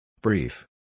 Brief